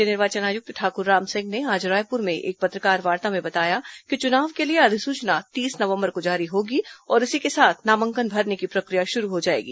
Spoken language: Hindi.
राज्य निर्वाचन आयुक्त ठाकुर रामसिंह ने आज रायपुर में एक पत्रकारवार्ता में बताया कि चुनाव के लिए अधिसूचना तीस नवंबर को जारी होगी और इसी के साथ नामांकन भरने की प्रक्रिया शुरू हो जाएगी